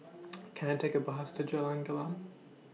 Can I Take A Bus to Jalan Gelam